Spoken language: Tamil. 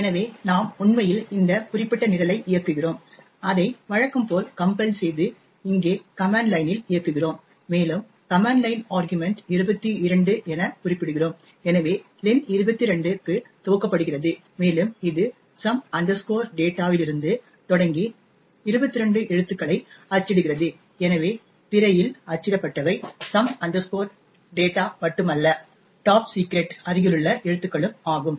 எனவே நாம் உண்மையில் இந்த குறிப்பிட்ட நிரலை இயக்குகிறோம் அதை வழக்கம் போல் கம்பைல் செய்து இங்கே கமன்ட் லைனில் இயக்குகிறோம் மேலும் கமன்ட் லைன் ஆர்க்யுமன்ட் 22 என குறிப்பிடுகிறோம் எனவே len 22 க்கு துவக்கப்படுகிறது மேலும் இது சம் டேட்டாவிலிருந்துsome data தொடங்கி 22 எழுத்துக்களை அச்சிடுகிறது எனவே திரையில் அச்சிடப்பட்டவை சம் டேட்டாsome data மட்டுமல்ல "டாப் சிக்ரெட்""Top Secret" அருகிலுள்ள எழுத்துக்களும் ஆகும்